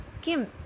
Kim